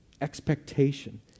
expectation